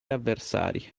avversari